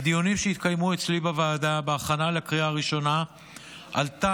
בדיונים שהתקיימו אצלי בוועדה בהכנה לקריאה הראשונה עלתה